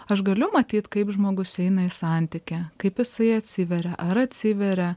aš galiu matyt kaip žmogus eina į santykį kaip jisai atsiveria ar atsiveria